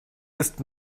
ist